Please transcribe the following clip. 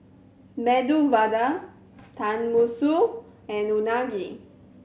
Medu Vada Tenmusu and Unagi